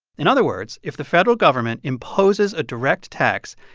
in other words, if the federal government imposes a direct tax,